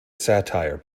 satire